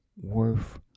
worth